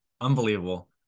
unbelievable